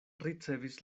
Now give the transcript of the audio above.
ricevis